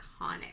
Iconic